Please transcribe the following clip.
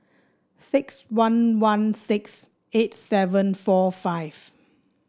six one one six eight seven four five